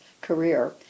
career